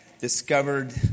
discovered